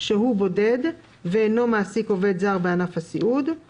שהוא בודד ואינו מעסיק עובד זר בענף הסיעוד; (2)